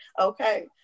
Okay